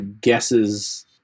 guesses